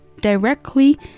directly